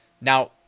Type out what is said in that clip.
Now